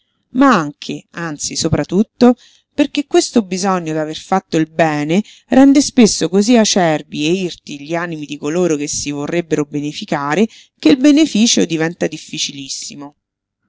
ma anche anzi sopra tutto perché questo bisogno d'aver fatto il bene rende spesso cosí acerbi e irti gli animi di coloro che si vorrebbero beneficare che il beneficio diventa difficilissimo